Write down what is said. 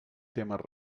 témer